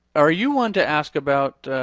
are you one to ask about,